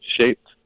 shaped